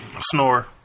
Snore